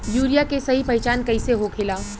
Urea के सही पहचान कईसे होखेला?